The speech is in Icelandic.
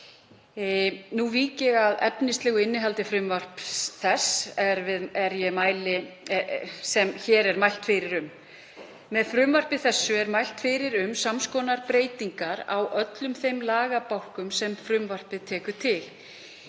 Nú vík ég að efnislegu innihaldi frumvarps þess sem hér er mælt fyrir. Með frumvarpi þessu er mælt fyrir um sams konar breytingar á öllum þeim lagabálkum sem frumvarpið tekur til.